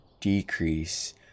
decrease